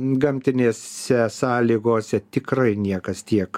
gamtinėse sąlygose tikrai niekas tiek